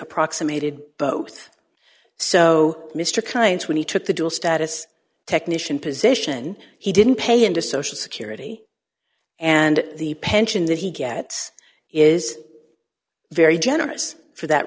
approximated both so mr kinds when he took the dual status technician position he didn't pay into social security and the pension that he gets is very generous for that